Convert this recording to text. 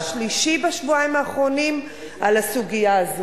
זה הדיון השלישי בשבועיים האחרונים על הסוגיה הזאת.